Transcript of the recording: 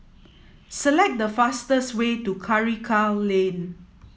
select the fastest way to Karikal Lane